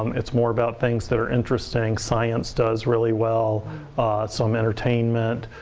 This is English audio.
um it's more about things that are interesting. science does really well some entertainment.